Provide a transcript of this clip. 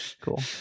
cool